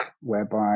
whereby